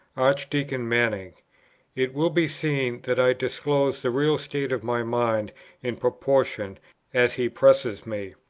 archdeacon manning it will be seen that i disclose the real state of my mind in proportion as he presses me.